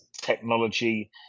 Technology